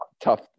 tough